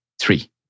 Three